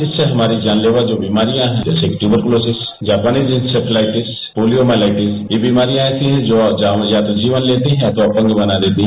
जिससे हमारी जानलेवा जो बीमारियां हैं जैसे ट्यवरक्लोसिस जापानी इंसेफेलाइटिस पोलियोमेलाइटिस ये बीमारियां ऐसी हैं जो या तो जीवन लेती हैं या तो अपंग बना देती हैं